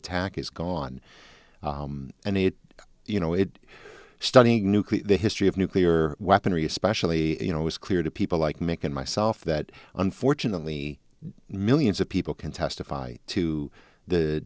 attack is gone and it you know it studying nuclear the history of nuclear weaponry especially you know it was clear to people like mick and myself that unfortunately millions of people can testify to the